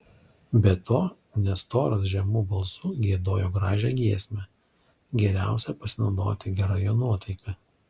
be to nestoras žemu balsu giedojo gražią giesmę geriausia pasinaudoti gera jo nuotaika